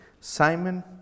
Simon